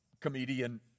comedian